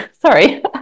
sorry